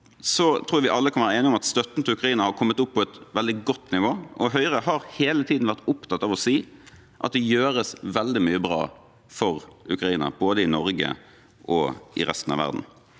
tror jeg vi alle kan være enige om at støtten til Ukraina har kommet opp på et veldig godt nivå. Høyre har hele tiden vært opptatt av å si at det gjøres veldig mye bra for Ukraina, både i Norge og i resten av verden,